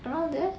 around there